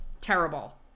Terrible